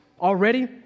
already